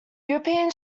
european